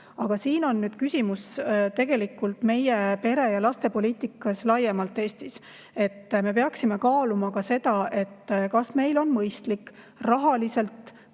Siin on küsimus tegelikult meie pere- ja lastepoliitikas laiemalt Eestis. Me peaksime kaaluma ka seda, kas meil on mõistlik rahaliselt